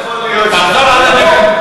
אתה סופרסטאר.